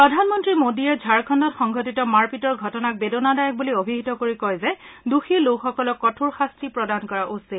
প্ৰধানমন্ত্ৰী মোডীয়ে ঝাৰখণ্ডত সংঘটিত মাৰপিটৰ ঘটনাক বেদনাদায়ক বুলি অভিহিত কৰি কয় যে দোষী লোকসকলক কঠোৰ শাস্তি প্ৰদান কৰা উচিত